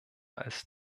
als